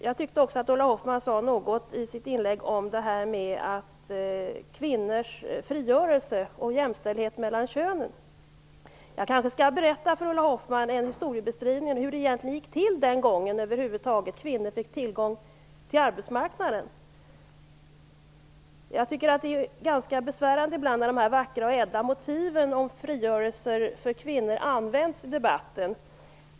Jag tyckte att Ulla Hoffmann i sitt inlägg sade något om kvinnors frigörelse och jämställdhet mellan könen. Jag kanske skall redogöra för historieskrivningen, Ulla Hoffmann, och hur det gick till när kvinnor fick tillgång till arbetsmarknaden. Jag tycker ibland att det är ganska besvärande med de här vackra och ädla motiven om frigörelser för kvinnor som används i debatten.